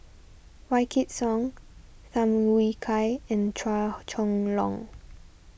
Wykidd Song Tham Yui Kai and Chua Chong Long